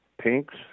pinks